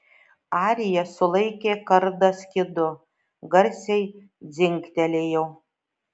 arija sulaikė kardą skydu garsiai dzingtelėjo